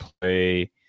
play